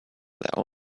their